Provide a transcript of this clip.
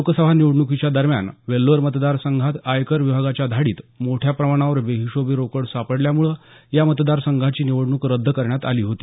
लोकसभा निवडणुकीच्या दरम्यान वेल्लोर मतदार संघात आयकर विभागाच्या धाडीत मोठ्या प्रमाणावर बेहिशेबी रोकड सापडल्यामुळे या मतदार संघाची निवडणूक रद्द करण्यात आली होती